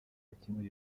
bakemure